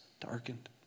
darkened